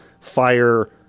fire